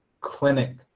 clinic